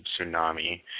tsunami